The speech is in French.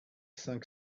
cinq